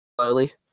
slowly